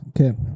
okay